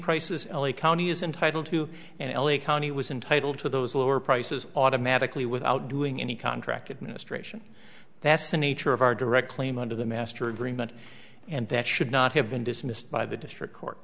prices l a county is entitled to and l a county was entitle to those lower prices automatically without doing any contract administration that's the nature of our direct claim under the master agreement and that should not have been dismissed by the district court